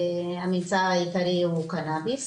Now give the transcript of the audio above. הממצא העיקרי הוא קנביס,